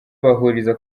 bahuriza